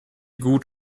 gut